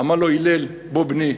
אמר לו הלל: בוא, בני.